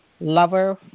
lover